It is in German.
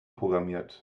programmiert